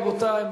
רבותי,